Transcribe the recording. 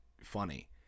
funny